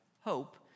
hope